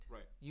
Right